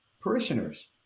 parishioners